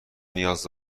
نیاز